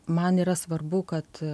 man yra svarbu kad